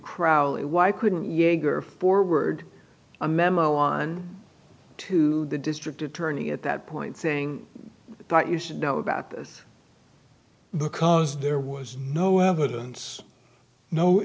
crowley why couldn't jaeger forward a memo on to the district attorney at that point saying that you should know about this because there was no evidence no